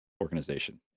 organization